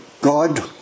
God